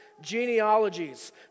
genealogies